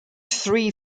three